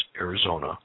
Arizona